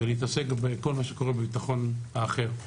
ולהתעסק בכל מה שקורה בביטחון האחר.